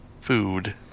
Food